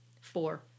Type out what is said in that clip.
Four